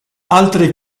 altre